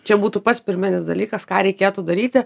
čia būtų pats pirminis dalykas ką reikėtų daryti